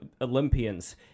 Olympians